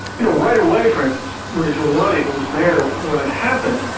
you know right a way for instance, rudy giuliani who was mayor when it happened,